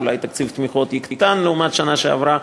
אולי תקציב התמיכות יקטן לעומת השנה שעברה,